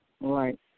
Right